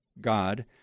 God